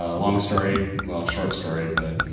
ah long story, well short story, but,